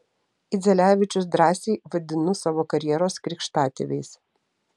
idzelevičius drąsiai vadinu savo karjeros krikštatėviais